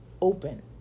open